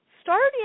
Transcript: starting